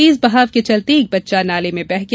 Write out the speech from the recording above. तेज बहाव के चलते एक बच्चा नाले में बह गया